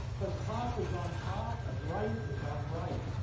because top is on top and right is on right.